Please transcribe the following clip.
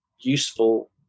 useful